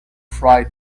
fry